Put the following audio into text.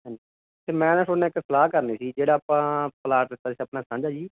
ਹਾਂਜੀ ਅਤੇ ਮੈਂ ਨਾ ਤੁਹਾਡੇ ਨਾਲ ਇੱਕ ਸਲਾਹ ਕਰਨੀ ਸੀ ਜਿਹੜਾ ਆਪਾਂ ਪਲਾਟ ਲਿੱਤਾ ਸੀ ਆਪਣਾ ਸਾਂਝਾ ਜੀ